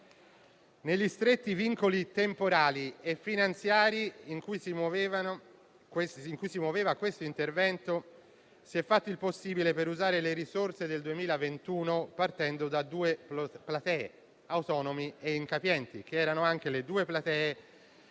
Negli stretti vincoli temporali e finanziari in cui si muoveva questo intervento, si è fatto il possibile per usare le risorse del 2021 partendo da due platee, autonomi e incapienti, che erano anche quelle